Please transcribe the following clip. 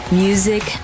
music